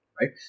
Right